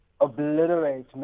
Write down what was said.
obliterate